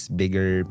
bigger